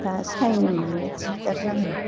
दा सायनो मानो दिग्दार जागोन